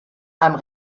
einem